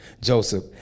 Joseph